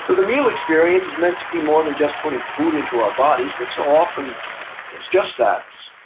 but the meal experience is meant to be more than just putting food into our bodies, which so often is just that.